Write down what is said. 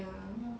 ya